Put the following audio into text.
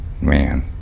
man